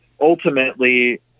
ultimately